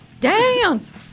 Dance